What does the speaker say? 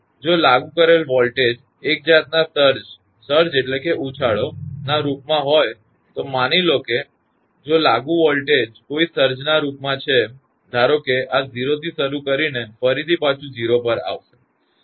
તેથી જો લાગુ કરેલ વોલ્ટેજ એક જાતના સર્જઉછાળાના રૂપમાં હોય તો માની લો કે જો લાગુ વોલ્ટેજ કોઈ સર્જના રૂપમાં છે ધારો કે આ 0 થી શરૂ કરીને ફરીથી પાછુ 0 પર આવશે